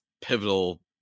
pivotal